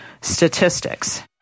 statistics